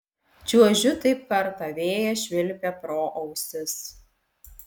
čiuožiu taip kartą vėjas švilpia pro ausis